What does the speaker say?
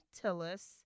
Tillis